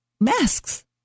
masks